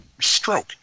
stroke